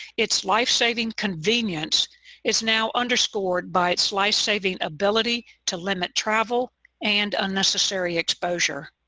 it's lifesaving convenience is now underscored by its lifesaving ability to limit travel and unnecessary exposure.